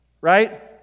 right